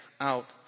out